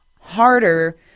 harder